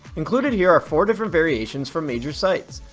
included here are four different variations from major sites.